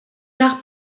nach